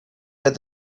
that